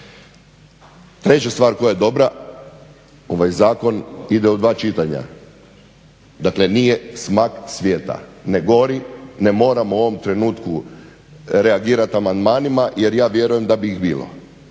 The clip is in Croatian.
Treća stvar koja je dobra, ovaj zakon ide u 2 čitanja, dakle nije smak svijeta, ne gori ne moramo u ovom trenutku reagirati amandmanima jer ja vjerujem da bi ih bilo.